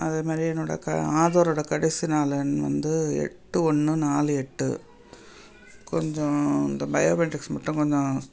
அதே மாதிரி என்னோடய க ஆதாரோடய கடைசி நாலு எண் வந்து எட்டு ஒன்று நாலு எட்டு கொஞ்சம் அந்த பயோமெட்ரிக்ஸ் மட்டும் கொஞ்சம்